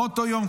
מאותו היום,